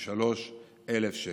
283,000 שקל.